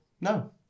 No